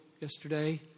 yesterday